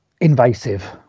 invasive